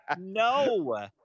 no